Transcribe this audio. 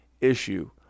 issue